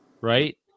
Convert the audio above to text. right